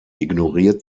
ignoriert